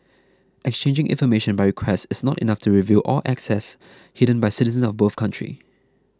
exchanging information by request is not enough to reveal all assets hidden by citizens of both countries